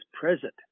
present